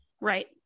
Right